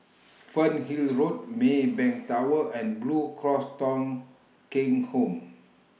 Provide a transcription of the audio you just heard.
Fernhill Road Maybank Tower and Blue Cross Thong Kheng Home